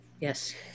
Yes